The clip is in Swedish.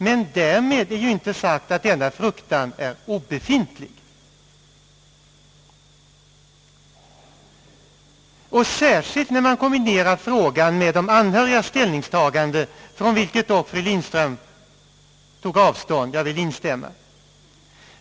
Men därmed är ju inte sagt att denna fruktan är obefintlig, särskilt när den kombineras med de anhörigas ställningstagande — från vilket dock fru Lindström tog avstånd, och jag vill instämma i hennes uppfattning därvidlag.